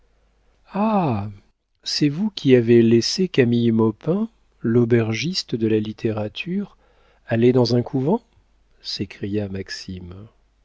c'est vous qui avez laissé camille maupin l'aubergiste de la littérature aller dans un couvent s'écria maxime